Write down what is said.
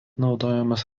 naudojamas